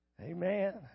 Amen